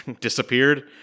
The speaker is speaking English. disappeared